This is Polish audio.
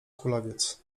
kulawiec